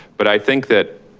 but i think that